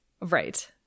Right